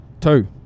two